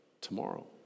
tomorrow